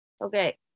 Okay